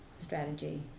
strategy